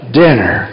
dinner